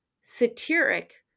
satiric